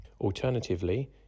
Alternatively